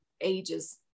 ages